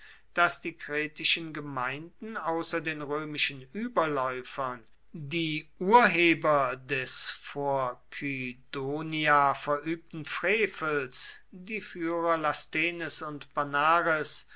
daß die kretischen gemeinden außer den römischen überläufern die urheber des vor kydonia verübten frevels die führer lasthenes und panares